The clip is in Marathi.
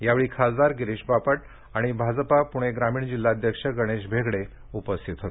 यावेळी खासदार गिरीश बापट आणि भाजपा पूणे ग्रामीण जिल्हाध्यक्ष गणेश भेगडे उपस्थित होते